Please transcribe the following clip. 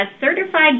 Certified